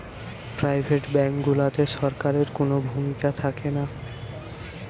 private bank গুলাতে সরকারের কুনো ভূমিকা থাকেনা